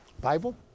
Bible